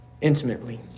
Intimately